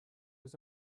was